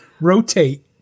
rotate